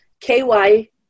KY